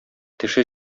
теше